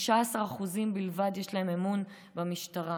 ל-13% בלבד יש אמון במשטרה.